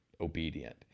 obedient